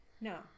no